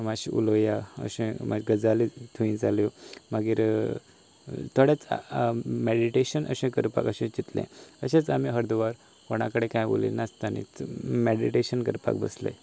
मातशें उलोवया अशें गजालीं थंय जाल्यो मागीर थोडेंच मेडिटेशन अशें करपाक अशें चिंतलें अशेंच आमी अर्दवर कोणा कडेन कांय उलयनासतना मेडिटेशन करपाक बसले